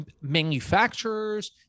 manufacturers